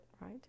right